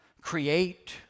create